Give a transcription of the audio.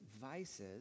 vices